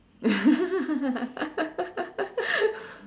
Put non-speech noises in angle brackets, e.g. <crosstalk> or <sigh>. <laughs>